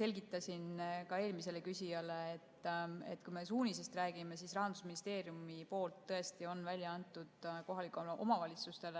Selgitasin ka eelmisele küsijale, et kui me suunisest räägime, siis Rahandusministeerium tõesti on välja andnud kohalike omavalitsuste